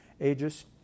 ages